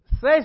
say